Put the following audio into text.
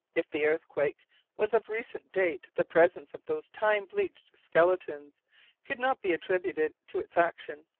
if the earthquake was of recent date, the presence of those time-bleached skeletons could not be attributed to its action.